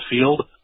field